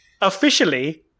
officially